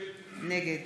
נגד